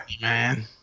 man